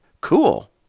Cool